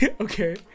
Okay